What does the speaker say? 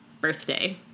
Birthday